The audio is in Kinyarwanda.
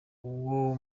uwo